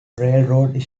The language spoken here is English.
railroad